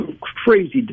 crazy